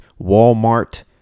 Walmart